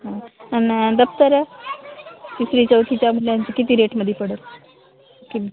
हं आणि दप्तरं तिसरी चौथीच्या मुलांसाठी किती रेटमध्ये पडेल कि